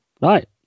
Right